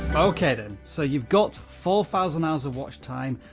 okay then, so you've got four thousand hours of watch time,